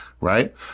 right